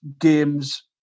games